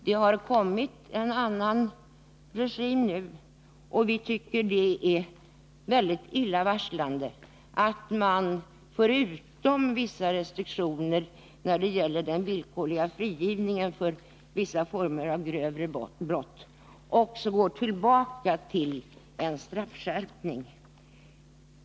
Det har blivit en annan regim nu, och vi tycker att det är mycket illavarslande att man, förutom detta att föreslå vissa restriktioner när det gäller den villkorliga frigivningen vid vissa former av grövre brott, också återgår till en straffskärpning.